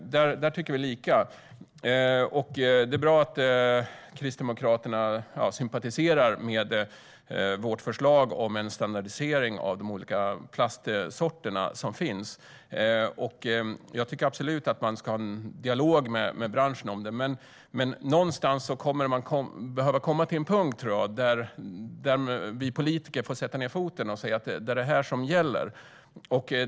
Där tycker vi dock lika. Det är bra att Kristdemokraterna sympatiserar med vårt förslag om en standardisering av de olika plastsorter som finns. Jag tycker absolut att man ska ha en dialog med branschen om det, men någonstans tror jag att man kommer att behöva komma till en punkt där vi politiker får sätta ned foten och säga vad det är som gäller.